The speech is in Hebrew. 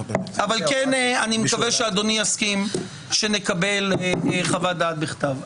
שאדוני יסכים שנקבל חוות דעת בכתב.